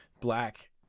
black